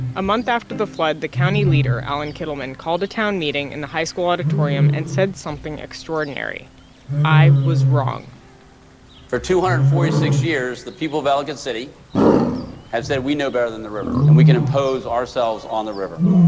a month after the flood, the county leader, allan kittleman, called a town meeting in the high school auditorium and said something extraordinary i was wrong for two hundred and forty six years, the people of ellicott city have said, we know better than the river, and we can impose ourselves on the river.